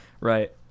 Right